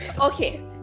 okay